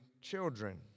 children